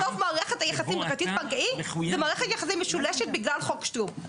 מסוף מערכת היחסים פרטית בנקאית זו מערכת יחסים משולשת בגלל חוק שטרום.